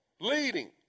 leading